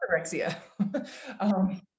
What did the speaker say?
anorexia